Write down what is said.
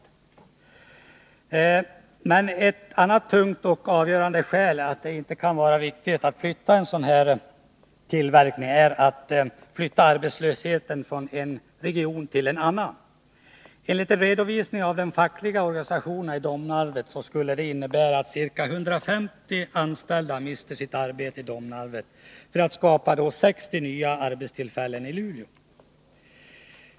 Tisdagen den Men ett annat tungt och avgörande skäl mot att flytta en sådan här 10 maj 1983 tillverkning är att det inte kan vara riktigt att flytta arbetslöshet från en region till en annan. Enligt en redovisning av de fackliga organisationerna i Domnarvet skulle en flyttning innebära att ca 150 anställda mister sitt arbete i Domnarvet för att man skulle skapa 60 nya arbetstillfällen i Luleå.